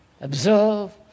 observe